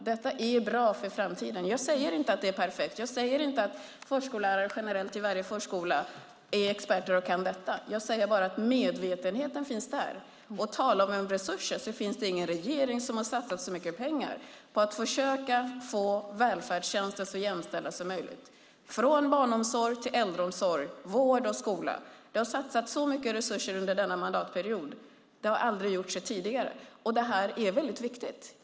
Detta är bra för framtiden. Jag säger inte att det är perfekt. Jag säger inte att förskollärare generellt på varje förskola är experter och kan detta. Jag säger bara att medvetenheten finns där. På tal om resurser finns det ingen annan regering som satsat så mycket pengar på att försöka få välfärdstjänster så jämställda som möjligt. Det gäller då från barnomsorg till äldreomsorg, vård och skola. Så mycket resurser som satsats under denna mandatperiod har aldrig tidigare satsats. Det här är väldigt viktigt.